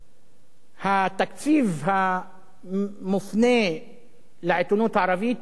התקציב המופנה לעיתונות הערבית הוא משני,